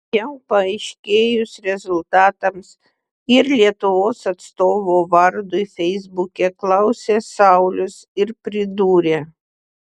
jau paaiškėjus rezultatams ir lietuvos atstovo vardui feisbuke klausė saulius ir pridūrė